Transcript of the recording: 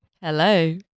Hello